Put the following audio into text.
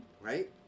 Right